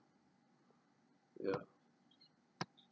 ya